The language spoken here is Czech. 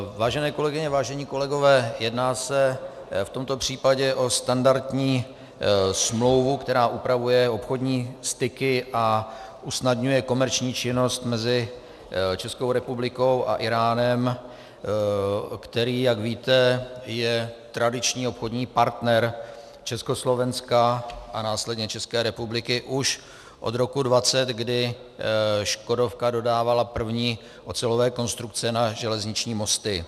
Vážené kolegyně, vážení kolegové, jedná se v tomto případě o standardní smlouvu, která upravuje obchodní styky a usnadňuje komerční činnost mezi Českou republikou a Íránem, který, jak víte, je tradiční obchodní partner Československa a následně České republiky už od roku 1920, kdy Škodovka dodávala první ocelové konstrukce na železniční mosty.